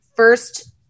First